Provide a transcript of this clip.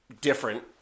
different